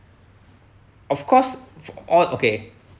of course for all okay